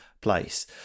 place